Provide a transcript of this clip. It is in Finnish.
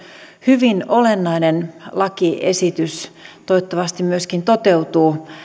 hyvin olennainen lakiesitys toivottavasti myöskin toteutuu